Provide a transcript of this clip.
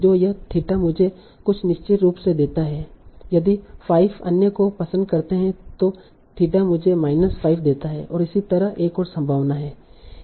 तो यह थीटा मुझे कुछ निश्चित रूप से देता है यदि 5 अन्य को पसंद करते हैं तो थीटा मुझे माइनस 5 देता है और इसी तरह एक और संभावना है